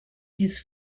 his